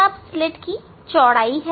अब वह स्लिट चौड़ाई है